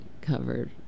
covered